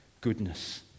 goodness